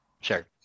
Sure